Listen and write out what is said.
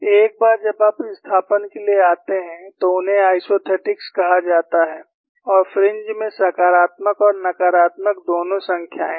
एक बार जब आप विस्थापन के लिए आते हैं तो उन्हें आइसोथेटिक्स कहा जाता है और फ्रिंज में सकारात्मक और नकारात्मक दोनों संख्याएं होती हैं